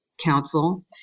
Council